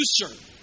producer